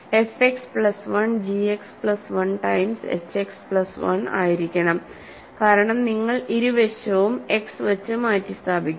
F x plus 1 g x plus 1 times h x plus 1 ആയിരിക്കണം കാരണം നിങ്ങൾ ഇരുവശവും എക്സ് വച്ച് മാറ്റിസ്ഥാപിക്കുന്നു